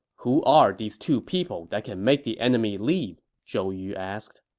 who are these two people that can make the enemy leave? zhou yu asked